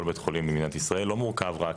בית חולים במדינת ישראל לא מורכב רק